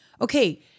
Okay